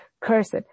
cursed